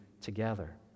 together